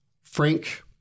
Frank